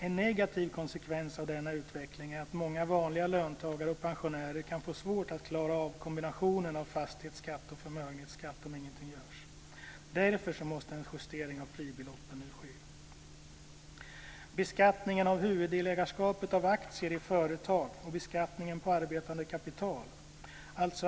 En negativ konsekvens av denna utveckling är att många vanliga löntagare och pensionärer kan få svårt att klara av kombinationen av fastighetsskatt och förmögenhetsskatt om ingenting görs. Därför måste en justering av fribeloppen nu ske.